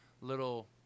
little